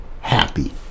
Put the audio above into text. happy